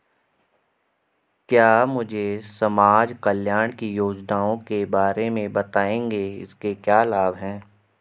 क्या मुझे समाज कल्याण की योजनाओं के बारे में बताएँगे इसके क्या लाभ हैं?